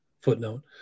footnote